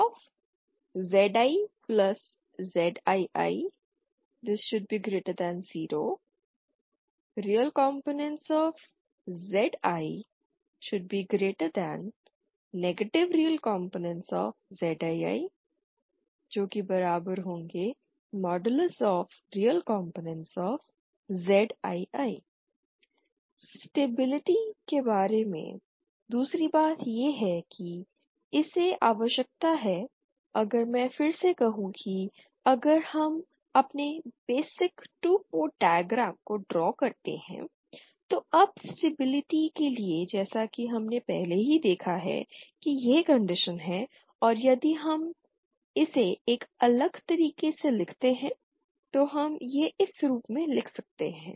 ReZiZii0 ReZi ReZiiReZii stability के बारे में दूसरी बात यह है कि इसे आवश्यकता है अगर मैं फिर से कहूं कि अगर हम अपने बेसिक 2 पोर्ट डायग्राम को ड्रा करते हैं तो अब स्टेबिलिटी के लिए जैसा कि हमने पहले ही देखा है कि यह कंडीशन है और यदि हम इसे एक अलग तरीके से लिखते हैं तो हम यह इस रूप में लिख सकते हैं